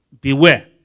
beware